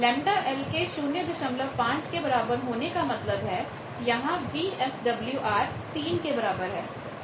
ΓL के 05 के बराबर होने का मतलब है यहां VSWR 3 के बराबर है